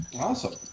Awesome